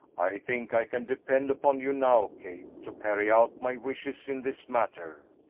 i think i can depend upon you now, kate, to carry out my wishes in this matter.